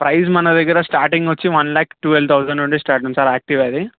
praise మన దగ్గర starting వచ్చి వన్ ల్యాక్ ట్వల్వ్ థౌసండ్ నుండి స్టార్టింగ్ సార్ యాక్టివాది